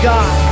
God